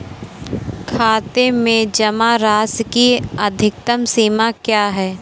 खाते में जमा राशि की अधिकतम सीमा क्या है?